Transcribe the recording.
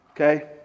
Okay